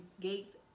gates